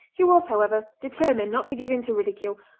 he was, however, determined not to give in to ridicule,